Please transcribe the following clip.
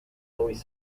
always